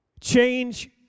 Change